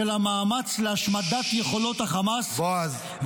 של המאמץ להשמדת יכולות החמאס,